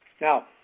Now